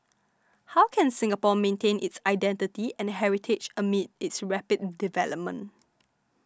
how can Singapore maintain its identity and heritage amid its rapid development